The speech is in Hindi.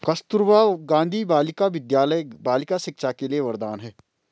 कस्तूरबा गांधी बालिका विद्यालय बालिका शिक्षा के लिए वरदान है